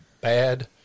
bad